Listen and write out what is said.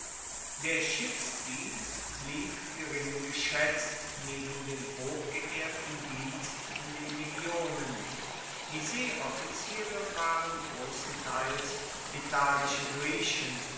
der schiffsdienst blieb gering geschaetzt neben dem hochgeehrten dienst in den legionen die seeoffiziere waren grossenteils italische griechen